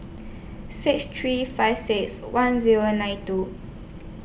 six three five six one Zero nine two